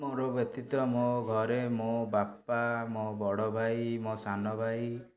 ମୋର ବ୍ୟତୀତ ମୋ ଘରେ ମୋ ବାପା ମୋ ବଡ଼ ଭାଇ ମୋ ସାନ ଭାଇ